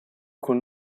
col